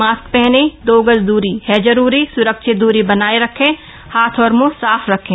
mask पहनें दो गज दूरी है जरूरी सुरक्षित दूरी बनाए रखें हाथ और मुंह साफ रखें